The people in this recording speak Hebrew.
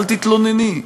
אל תתלונני,